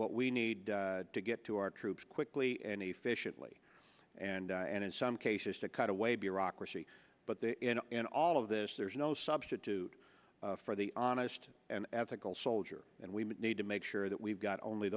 what we need to get to our troops quickly and efficiently and and in some cases to cut away bureaucracy but in all of this there's no substitute for the honest and ethical soldier and we need to make sure that we've got only